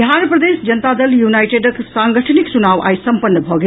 बिहार प्रदेश जनता दल यूनाईटेडक सांगठनिक चुनाव आइ सम्पन्न भऽ गेल